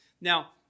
Now